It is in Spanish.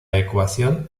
ecuación